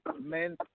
men